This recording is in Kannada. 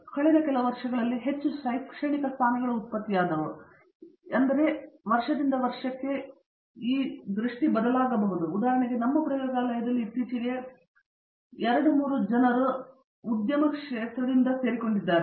ಕಳೆದ ಕೆಲವು ವರ್ಷಗಳಲ್ಲಿ ಹೆಚ್ಚು ಶೈಕ್ಷಣಿಕ ಸ್ಥಾನಗಳು ಇದ್ದವು ಆದರೆ ಮತ್ತೆ ಬದಲಾಗಬಹುದು ಎಂದು ನಾವು ನೋಡಿದ್ದೇವೆ ಉದಾಹರಣೆಗೆ ನಮ್ಮ ಪ್ರಯೋಗಾಲಯದಲ್ಲಿ ಇತ್ತೀಚೆಗೆ 23 ಜನರು ಮತ್ತೆ ಉದ್ಯಮವನ್ನು ಸೇರಿಕೊಂಡಿದ್ದೇವೆ